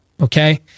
Okay